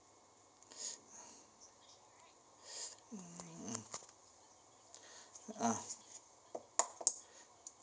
mm mm ah